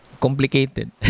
complicated